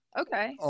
Okay